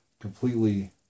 completely